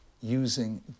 using